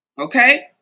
Okay